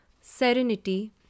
Serenity